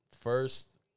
first